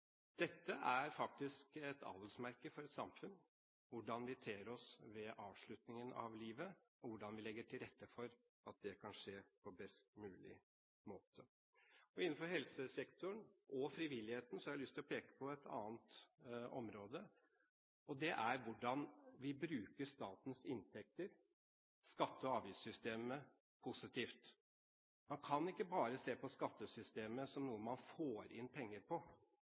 Dette er faktisk et adelsmerke for et samfunn, hvordan vi ter oss ved avslutningen av livet, og hvordan vi legger til rette for at det kan skje på best mulig måte. Innenfor helsesektoren og frivilligheten har jeg lyst til å peke på et annet område, og det er hvordan vi bruker statens inntekter, skatte- og avgiftssystemet, positivt. Man kan ikke bare se på skattesystemet som noe man får inn penger på.